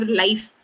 life